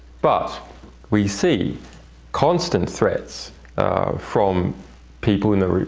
but we see constant threats from people in the re